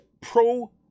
pro